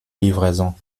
livraison